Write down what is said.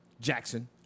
Jackson